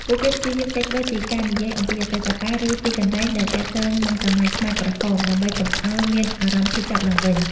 ពួកគេព្យាយាមគេចវេះពីការនិយាយអំពីអតីតកាល ឬទីកន្លែងដែលទាក់ទងនឹងសម័យខ្មែរក្រហម ដើម្បីកុំឲ្យមានអារម្មណ៍ឈឺចាប់ឡើងវិញ។